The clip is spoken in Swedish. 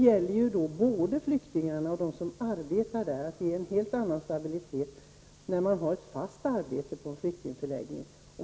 Både för flyktingarna och för dem som arbetar där är det ju en helt annan stabilitet när det finns ett fast arbete på en flyktingförläggning.